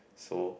so